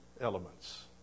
elements